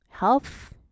health